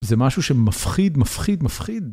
זה משהו שמפחיד, מפחיד, מפחיד.